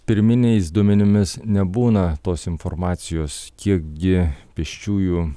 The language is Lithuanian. pirminiais duomenimis nebūna tos informacijos kiek gi pėsčiųjų